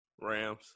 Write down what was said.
Rams